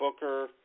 booker